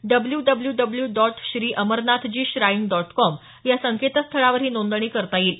W W W dot Shri Amarnathji shrine dot com या संकेतस्थळावर ही नोंदणी करता येईल